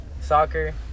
Soccer